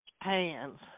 hands